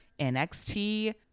NXT